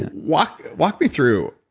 and walk walk me through,